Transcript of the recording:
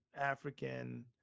african